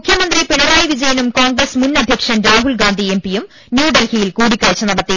മുഖ്യമന്ത്രി പിണറായി വിജയനും കോൺഗ്രസ് മുൻ അധ്യ ക്ഷൻ രാഹുൽ ഗാന്ധി എം പിയും ന്യൂഡൽഹിയിൽ കൂടിക്കാഴ്ച നടത്തി